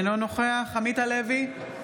אינו נוכח עמית הלוי,